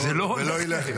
זה גם לא ילך.